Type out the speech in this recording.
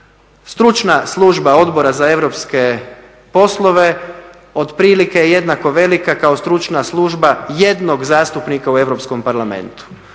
Stručna služba Odbora za europske poslove otprilike je jednako velika kao stručna služba jednog zastupnika u Europskom parlamentu.